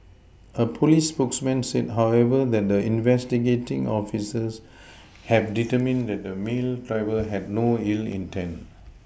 a police spokesman said however that the investigating officers have determined that the male driver had no ill intent